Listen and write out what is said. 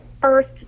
first